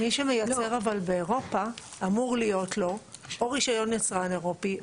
מי שמייצר אבל באירופה אמור להיות לו או רישיון יצרן אירופי,